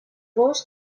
gos